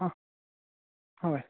অঁ হয়